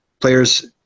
players